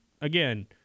again